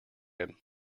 him